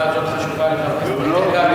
והתמיכה הזאת חשובה לחבר הכנסת איתן כבל.